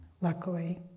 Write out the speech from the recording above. luckily